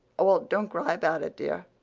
well, don't cry about it, dear.